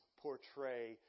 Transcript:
portray